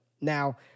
Now